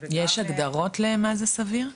-- יש הגדרות מה זה סביר?